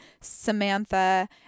Samantha